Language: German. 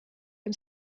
dem